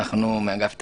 אנחנו מאגף תקציבים.